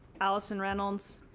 allison reynolds,